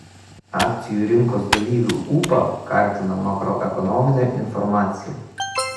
akcijų rinkos dalyvių ūpą kartina makroekonominė informacija